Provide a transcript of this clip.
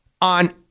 on